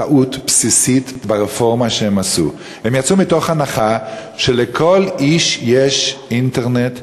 טעות בסיסית ברפורמה שהם עשו: הם יצאו מתוך הנחה שלכל איש יש אינטרנט,